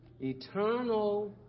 eternal